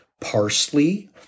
parsley